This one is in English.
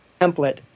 template